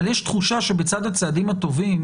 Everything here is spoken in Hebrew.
יש תחושה שבצד הצעדים הטובים,